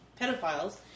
pedophiles